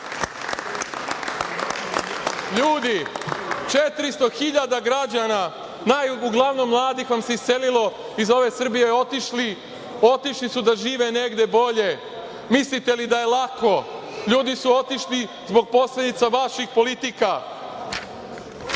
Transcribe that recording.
400 hiljada građana uglavnom mladih vam se iselilo, iz ove Srbije otišlo. Otišli su da žive negde bolje. Mislite li da je lako? Ljudi su otišli zbog posledica vaših politika. Pre